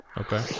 Okay